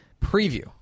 preview